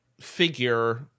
figure